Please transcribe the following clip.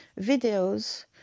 videos